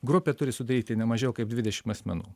grupę turi sudaryti ne mažiau kaip dvidešim asmenų